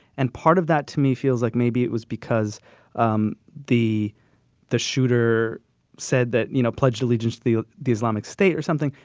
and part of that to me feels like maybe it was because um the the shooter said that you know, pledged allegiance to the the islamic state or something.